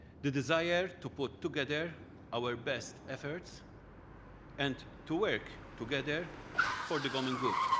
the desire to put together our best efforts and to work together for the common good.